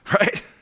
Right